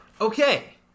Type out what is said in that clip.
Okay